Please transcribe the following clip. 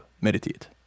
meditate